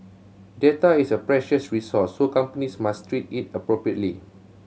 data is a precious resource so companies must treat it appropriately